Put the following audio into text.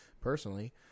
personally